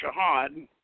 Shahad